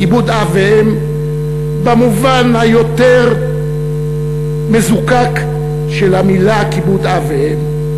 כיבוד אב ואם במובן היותר מזוקק של המילה כיבוד אב ואם,